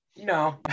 no